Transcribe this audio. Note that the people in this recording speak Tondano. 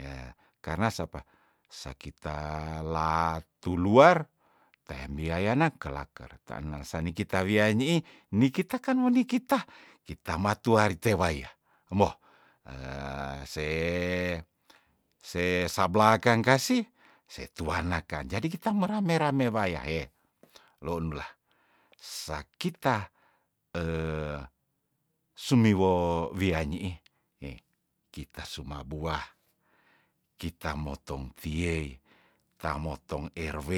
heh karna sapa sakita la tuluar tean biayana kelaker taner sanikita wia nyiih nikita kan woni kita kita matuari tewaya emoh se se sabla kang kasih setuanakan jadi kita merame rame waya heh lonula sakita sumiwo wia nyiih heh kita suma buah, kita motong fiey ta motong rw